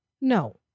no